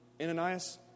Ananias